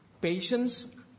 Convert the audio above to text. patience